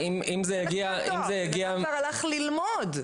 זה כמו תואר, הוא כבר הלך ללמוד.